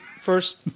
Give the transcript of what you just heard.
First